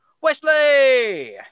Wesley